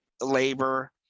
labor